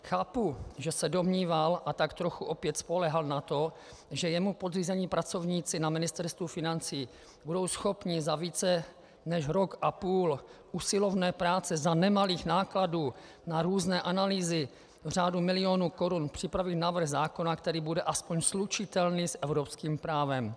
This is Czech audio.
Chápu, že se domníval a tak trochu opět spoléhal na to, že jemu podřízení pracovníci na Ministerstvu financí budou schopni za více než rok a půl usilovné práce a za nemalých nákladů na různé analýzy v řádu milionů korun připravit návrh zákona, který bude aspoň slučitelný s evropským právem.